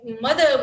mother